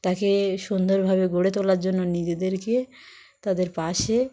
তাকে সুন্দরভাবে গড়ে তোলার জন্য নিজেদেরকে তাদের পাশে